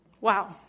Wow